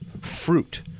fruit